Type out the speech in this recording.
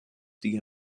die